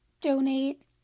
donate